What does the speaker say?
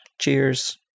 Cheers